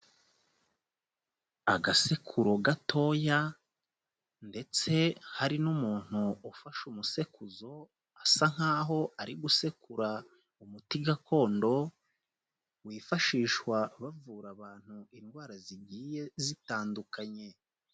Agasekuru gatoya ndetse hari n'umuntu ufashe umusekuzo, asa nkaho ari gusekura umuti gakondo wifashishwa bavura abantu indwara zigiye zitandukanye.